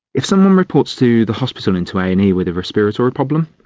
if someone reports to the hospital, into a and e with a respiratory problem,